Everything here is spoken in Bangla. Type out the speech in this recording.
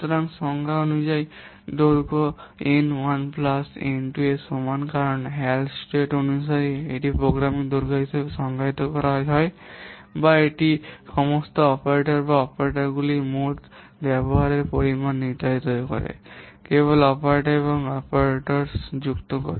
সুতরাং সংজ্ঞা অনুসারে দৈর্ঘ্য N 1 প্লাস N 2 এর সমান কারণ হ্যালস্টেড অনুসারে একটি প্রোগ্রামের দৈর্ঘ্য হিসাবে সংজ্ঞায়িত করা হয় বা এটি সমস্ত অপারেটর এবং অপারেটরগুলির মোট ব্যবহারের পরিমাণ নির্ধারণ করে কেবল অপারেটর এবং অপারেটস যুক্ত করে